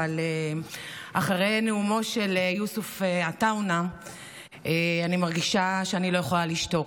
אבל אחרי נאומו של יוסף עטאונה אני מרגישה שאני לא יכולה לשתוק.